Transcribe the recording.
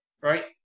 right